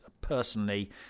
personally